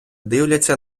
дивляться